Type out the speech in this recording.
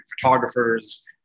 photographers